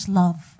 love